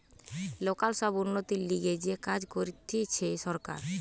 local সব উন্নতির লিগে যে কাজ করতিছে সরকার